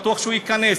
בטוח הוא ייכנס,